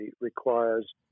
requires